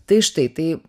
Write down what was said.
tai štai taip